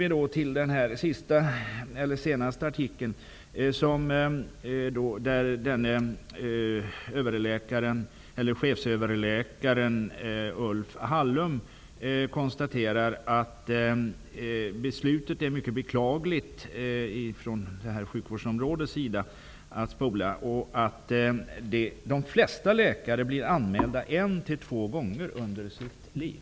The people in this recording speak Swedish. I den senaste artikeln i Svenska Dagbladet konstaterar chefsöverläkare Ulf Hallum att beslutet från sjukvårdsområdets sida är mycket beklagligt och att de flesta läkare blir anmälda en två gånger under sitt liv.